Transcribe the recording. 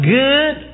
good